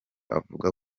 avuga